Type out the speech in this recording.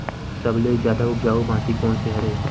सबले जादा उपजाऊ माटी कोन हरे?